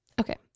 Okay